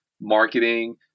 marketing